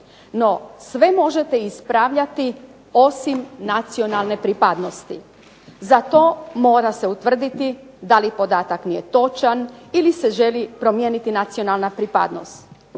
No, sve možete ispravljati osim nacionalne pripadnosti. Za to mora se utvrditi da li podatak nije točan ili se želi promijeniti nacionalna pripadnost.